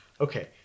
Okay